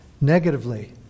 Negatively